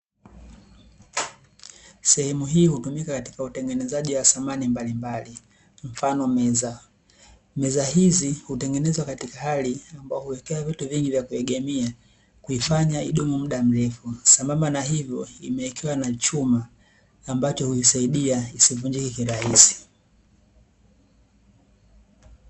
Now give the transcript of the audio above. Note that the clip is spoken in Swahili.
Sehemu hii hutumika katika utengenezaji wa samani mbalimbali, mfano meza. Meza hizi hutengenezwa katika hali ambayo huwekewa vitu vingi vya kuegemea kuifanya idumu muda mrefu, sambamba na hivyo imewekewa na chuma ambacho huisaidia isivunjike kirahisi.